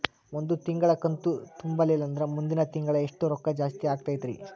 ಒಂದು ತಿಂಗಳಾ ಕಂತು ತುಂಬಲಿಲ್ಲಂದ್ರ ಮುಂದಿನ ತಿಂಗಳಾ ಎಷ್ಟ ರೊಕ್ಕ ಜಾಸ್ತಿ ಆಗತೈತ್ರಿ?